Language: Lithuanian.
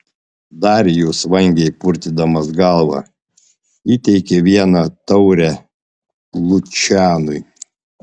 darijus vangiai purtydamas galvą įteikė vieną taurę lučianui